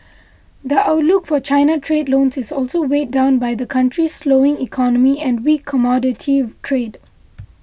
the outlook for China trade loans is also weighed down by the country's slowing economy and weak commodity trade